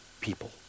people